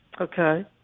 Okay